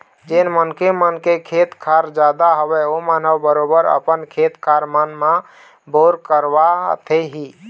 जेन मनखे मन के खेत खार जादा हवय ओमन ह बरोबर अपन खेत खार मन म बोर करवाथे ही